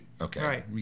Okay